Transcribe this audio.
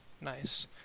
Nice